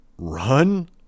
Run